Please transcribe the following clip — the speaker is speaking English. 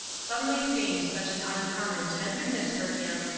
suddenly feigned such an uncommon tenderness for him,